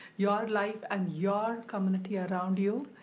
your life and your community around you.